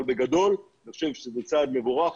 אבל בגדול אני חושב שזה צעד מבורך,